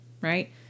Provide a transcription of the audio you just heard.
right